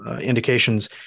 indications